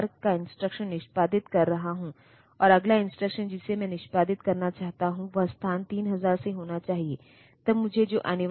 फिर interrupt lines का एक सेट है अगर आप इस प्रोसेसर के बेसिक ऑपरेशन को बाहरी दुनिया से बाधित करना चाहते हैं तो आप TRAP RST 75 65 55 INTR लाइनों का उपयोग कर सकते हैं